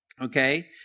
okay